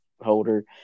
holder